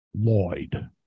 Lloyd